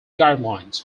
guidelines